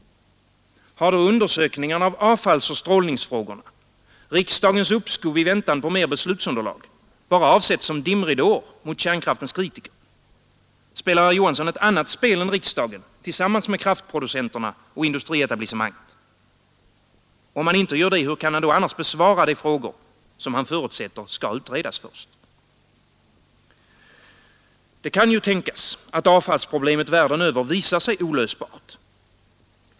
Har då undersökningarna av avfallsoch strålningsfrågorna samt riksdagens uppskov i väntan på mera beslutsunderlag bara avsetts som dimridåer mot kärnkraftens kritiker? Spelar herr Johansson ett annat spel än riksdagen tillsammans med kraftproducenterna och industrietablissemanget? Om han inte gör det, hur kan han då besvara de frågor som han förutsätter skall utredas? Det kan ju tänkas att avfallsproblemet världen över visar sig olösbart.